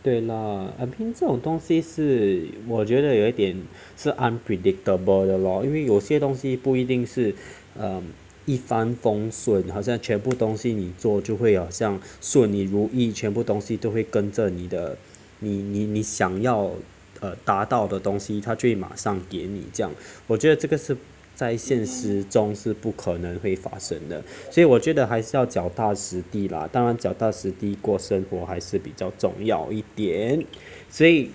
对啦 I mean 这种东西是我觉得有点是 unpredictable 的 lor 因为有些东西不一定是 um 一帆风顺好像全部东西你做就会好像顺你如意全部东西都会跟着你的你你你想要的达到的东西他就会马上给你这样我觉得这个是在现实中是不可能会发生的所以我觉得还要脚踏实地啦当然脚踏实地过生活还是比较重要一点所以